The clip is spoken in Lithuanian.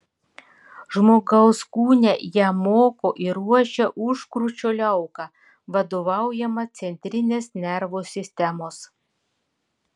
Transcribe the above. žmogaus kūne ją moko ir ruošia užkrūčio liauka vadovaujama centrinės nervų sistemos